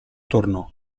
tornò